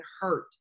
hurt